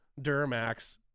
Duramax